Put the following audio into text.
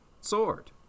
sword